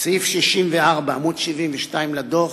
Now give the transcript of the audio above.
בסעיף 64, עמוד 72 לדוח,